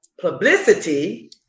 publicity